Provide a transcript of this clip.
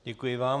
Děkuji vám.